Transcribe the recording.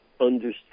understand